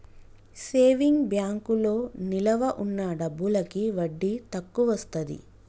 saving బ్యాంకులో నిలవ ఉన్న డబ్బులకి వడ్డీ తక్కువొస్తది